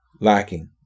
lacking